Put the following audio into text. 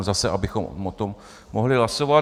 Zase, abychom o tom mohli hlasovat.